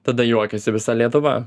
tada juokiasi visa lietuva